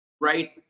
right